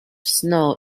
snow